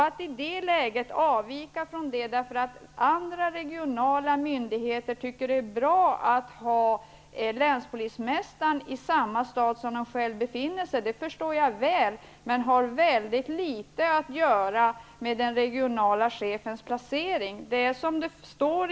Att i det läget avvika från modellen därför att andra regionala myndigheter tycker att det är bra att ha länspolismästaren i samma stad som de själva befinner sig i kan jag förstå. Men det har litet att göra med den regionala chefens placering.